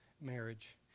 marriage